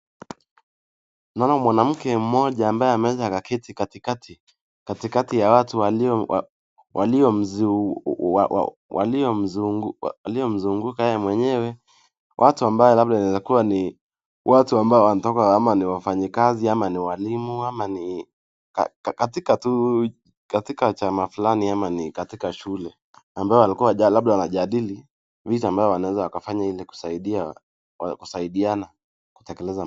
Naona mwanamke mmoja ambaye ameweza akaketi katikati, katikati ya watu waliomzunguka yeye mwenyewe. Watu ambao labda inaweza kuwa ni watu ambao wanatoka ama ni wafanyikazi, ama ni walimu, ama ni katika tu, katika chama fulani ama ni katika shule, ambao walikuwa labda wanajadili vitu ambavyo wanaweza wakafanya ili kusaidia, kusaidiana kutekeleza.